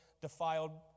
defiled